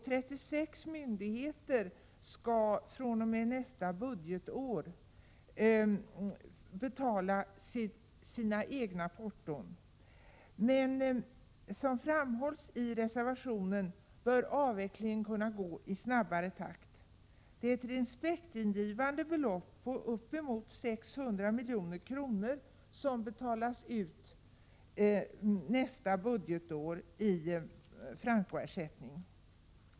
36 myndigheter skall fr.o.m. nästa budgetår själva betala sina porton, men som framhålls i reservationen bör avvecklingen kunna gå i snabbare takt. Det är ett respektingivande belopp på uppemot 600 milj.kr. som nästa budgetår betalas ut i frankoersättning.